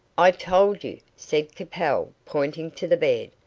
i told you, said capel, pointing to the bed.